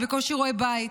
ובקושי רואה בית,